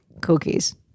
Cookies